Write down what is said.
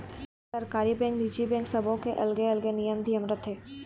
सरकारी बेंक, निजी बेंक सबो के अलगे अलगे नियम धियम रथे